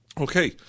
okay